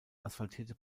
asphaltierte